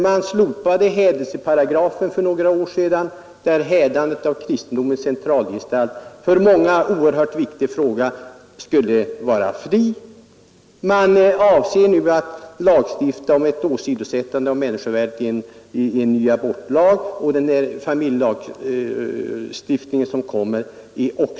Man slopade för några år sedan hädelseparagrafen, så att hädandet av kristendomens centralgestalt — för många en oerhört viktig fråga — tilläts. Man avser nu att lagstifta om ett Nr 108 åsidosättande av människovärdet i en ny abortlag. Och den familjelag Torsdagen den stiftning som kommer är också upprivande av dessa normer.